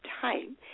time